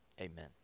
Amen